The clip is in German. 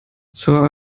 zur